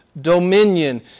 dominion